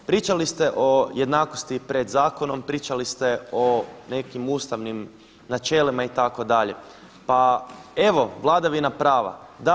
Pričali ste o jednakosti pred zakonom, pričali ste o nekim ustavnim načelima itd., pa evo vladavina prava.